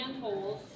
holes